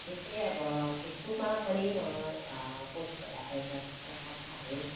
त्यस्तै अब फेसबुकमा पनि म पोस्ट भएर आएका त्यस्ता कथाहरू